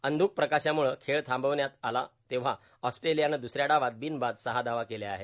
अंधुक प्रकाशामुळं खेळ थांबवण्यात आला तेंव्हा ऑस्ट्रेलियानं दुसऱ्या डावात बिनबाद सहा धावा केल्या आहेत